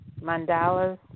mandalas